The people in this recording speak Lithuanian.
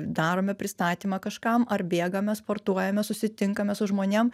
darome pristatymą kažkam ar bėgame sportuojame susitinkame su žmonėm